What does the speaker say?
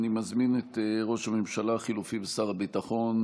אני מזמין את ראש הממשלה החליפי ושר הביטחון,